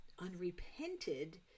unrepented